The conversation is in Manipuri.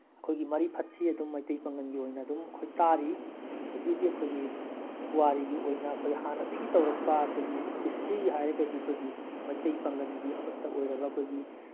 ꯑꯩꯈꯣꯏꯒꯤ ꯃꯔꯤꯐꯠꯁꯤ ꯑꯗꯨꯝ ꯃꯩꯇꯩ ꯄꯥꯉꯜꯒꯤ ꯑꯣꯏꯅ ꯑꯗꯨꯝ ꯑꯩꯈꯣꯏ ꯇꯥꯔꯤ ꯍꯧꯖꯤꯛ ꯍꯧꯖꯤꯛ ꯑꯩꯈꯣꯏꯒꯤ ꯄꯨꯋꯥꯔꯤꯒꯤ ꯑꯣꯏꯅ ꯑꯩꯈꯣꯏ ꯍꯥꯟꯅꯗꯒꯤ ꯇꯧꯔꯛꯄ ꯑꯩꯈꯣꯏꯒꯤ ꯍꯤꯁꯇ꯭ꯔꯤ ꯍꯥꯏꯔꯒꯗꯤ ꯑꯩꯈꯣꯏꯒꯤ ꯃꯩꯇꯩ ꯄꯥꯉꯜꯒꯤ ꯑꯃꯠꯇ ꯑꯣꯏꯔꯕ ꯑꯩꯈꯣꯏꯒꯤ